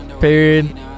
Period